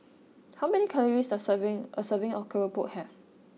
how many calories does serving a serving of Keropok have